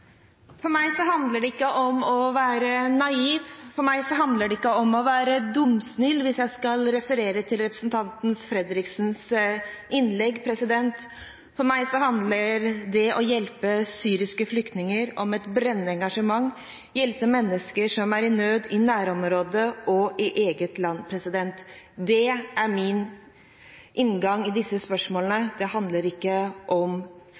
For meg handler det ikke om å være naiv, for meg handler det ikke om å være dumsnill – hvis jeg skal referere til representanten Fredriksens innlegg. For meg handler det å hjelpe syriske flyktninger om et brennende engasjement, hjelpe mennesker som er i nød, i nærområdet og i eget land. Det er min inngang i disse spørsmålene. Det handler ikke om